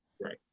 Right